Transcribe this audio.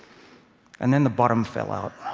and then the bottom fell out.